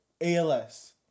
ALS